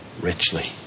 richly